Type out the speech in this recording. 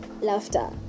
laughter